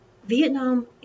Vietnam